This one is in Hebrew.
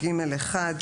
ג(1),